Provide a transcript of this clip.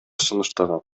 сунуштаган